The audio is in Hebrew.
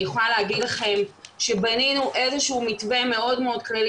אני יכולה להגיד לכם שבנינו איזשהו מתווה מאוד כללי,